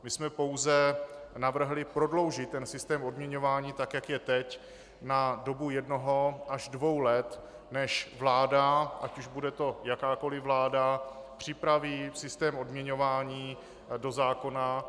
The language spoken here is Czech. My jsme pouze navrhli prodloužit systém odměňování tak, jak je teď, na dobu jednoho až dvou let, než vláda, ať už to bude jakákoli vláda, připraví systém odměňování do zákona.